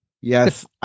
Yes